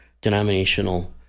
denominational